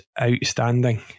outstanding